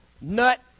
nut